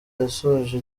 yasoje